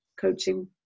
coaching